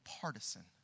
partisan